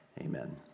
Amen